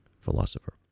philosopher